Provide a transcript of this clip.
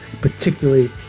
particularly